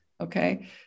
Okay